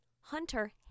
Hunter